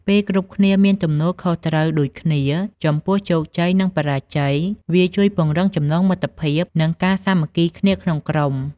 ពេលគ្រប់គ្នាមានទំនួលខុសត្រូវដូចគ្នាចំពោះជោគជ័យ និងបរាជ័យ វាជួយពង្រឹងចំណងមិត្តភាព និងការសាមគ្គីគ្នាក្នុងក្រុម។